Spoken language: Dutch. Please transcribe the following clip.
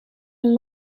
een